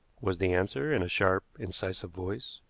was the answer in a sharp, incisive voice.